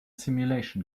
simulation